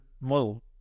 model